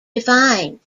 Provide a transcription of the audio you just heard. defined